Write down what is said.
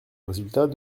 résultat